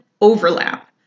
overlap